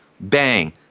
bang